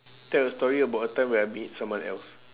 tell a story about a time when I made someone else